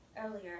earlier